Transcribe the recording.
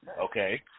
okay